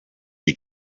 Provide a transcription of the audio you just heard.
you